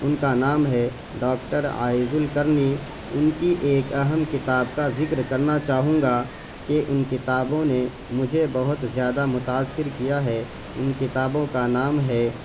ان کا نام ہے ڈاکٹر عائز القرنی ان کی ایک اہم کتاب کا ذکر کرنا چاہوں گا کہ ان کتابوں نے مجھے بہت زیادہ متاثر کیا ہے ان کتابوں کا نام ہے